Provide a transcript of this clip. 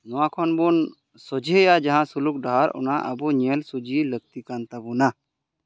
ᱱᱚᱣᱟ ᱠᱷᱚᱱ ᱵᱚᱱ ᱥᱚᱡᱷᱮᱭᱟ ᱡᱟᱦᱟᱸ ᱥᱩᱞᱩᱠ ᱰᱟᱦᱟᱨ ᱚᱱᱟ ᱟᱵᱚ ᱧᱮᱞ ᱥᱩᱡᱤ ᱞᱟᱹᱠᱛᱤ ᱠᱟᱱ ᱛᱟᱵᱚᱱᱟ